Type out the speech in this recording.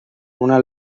una